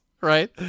right